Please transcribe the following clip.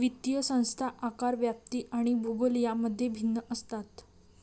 वित्तीय संस्था आकार, व्याप्ती आणि भूगोल यांमध्ये भिन्न असतात